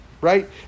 right